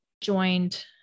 joined